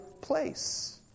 place